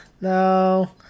No